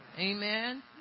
Amen